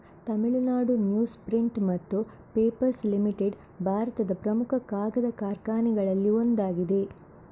Tamil Nadu news print ಮತ್ತು papers limited ಭಾರತದ ಪ್ರಮುಖ ಕಾಗದ ಕಾರ್ಖಾನೆಗಳಲ್ಲಿ ಒಂದಾಗಿದೆ